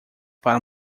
para